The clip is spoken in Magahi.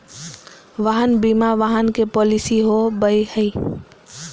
वाहन बीमा वाहन के पॉलिसी हो बैय हइ